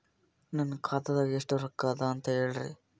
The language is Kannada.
ನನ್ನ ಖಾತಾದಾಗ ಎಷ್ಟ ರೊಕ್ಕ ಅದ ಅಂತ ಹೇಳರಿ?